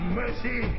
mercy